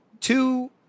two